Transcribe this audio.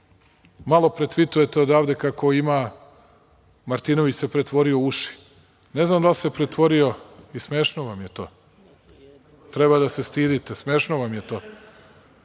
Malo pre tvitujete odavde kako se Martinović pretvorio u uši. Ne znam da li se pretvorio, smešno vam je to, treba da se stidite, u to,